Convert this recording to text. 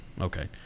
Okay